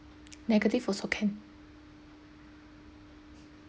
negative also can